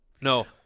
No